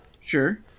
Sure